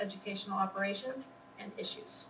educational operations and issues